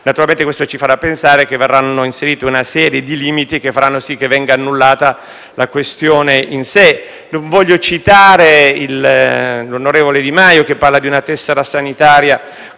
Naturalmente questo ci fa pensare che verrà inserita una serie di limiti che farà sì che venga annullata la questione in sé.